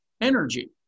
energy